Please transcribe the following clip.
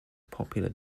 popular